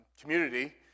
community